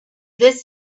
this